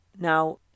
Now